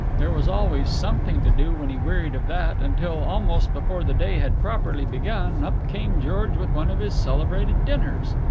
there was always something to do when he wearied of that until, almost before the day had properly begun, up came george with one of his celebrated dinners.